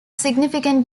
significant